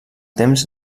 temps